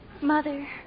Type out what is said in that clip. Mother